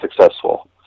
successful